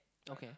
okay